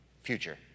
Future